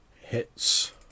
hits